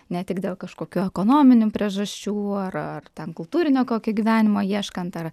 ne tik dėl kažkokių ekonominių priežasčių ar ar ten kultūrinio kokio gyvenimo ieškant ar